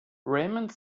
raymond